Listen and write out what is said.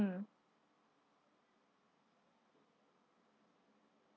mm